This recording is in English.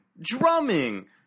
drumming